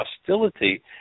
hostility